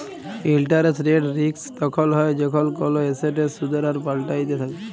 interest rate risk তখল হ্যয় যখল কল এসেটের সুদের হার পাল্টাইতে থ্যাকে